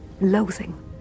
loathing